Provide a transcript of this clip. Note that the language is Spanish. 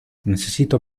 necesito